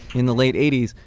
in the late eighty s,